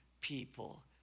people